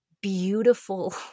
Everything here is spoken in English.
beautiful